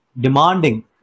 demanding